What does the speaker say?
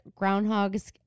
groundhogs